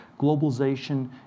Globalization